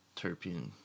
terpene